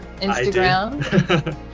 Instagram